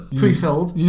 pre-filled